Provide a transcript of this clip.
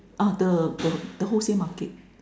ah the the wholesale market